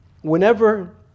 whenever